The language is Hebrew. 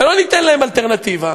ולא ניתן להם אלטרנטיבה,